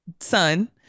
son